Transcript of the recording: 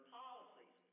policies